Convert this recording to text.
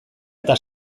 eta